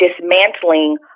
dismantling